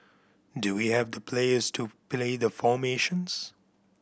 do we have the players to play the formations